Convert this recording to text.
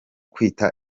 kwita